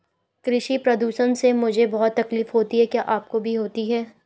कृषि प्रदूषण से मुझे बहुत तकलीफ होती है क्या आपको भी होती है